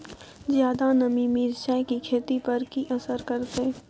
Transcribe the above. ज्यादा नमी मिर्चाय की खेती पर की असर करते?